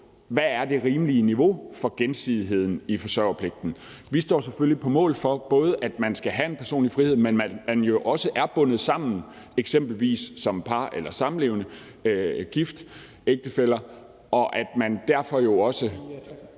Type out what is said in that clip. der er det rimelige niveau for gensidigheden i forsørgerpligten. Vi står selvfølgelig på mål for, både at man skal have en personlig frihed, men at man jo også er bundet sammen, eksempelvis som par, samlevende eller ægtefæller,